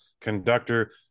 conductor